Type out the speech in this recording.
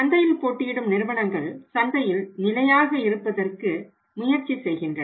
சந்தையில் போட்டியிடும் நிறுவனங்கள் சந்தையில் நிலையாக இருப்பதற்கு முயற்சி செய்கின்றன